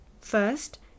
First